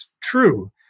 true